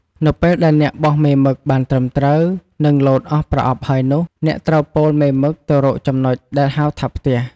នៅពេលដែលអ្នកបោះមេមឹកបានត្រឹមត្រួវ និង លោតអស់ប្រអប់ហើយនោះ អ្នកត្រូវប៉ូលមេមឹកទៅរកចំណុចដែរហៅថាផ្ទះ។